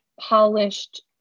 Polished